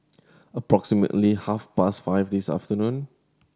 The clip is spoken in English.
approximately half past five this afternoon